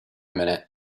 minute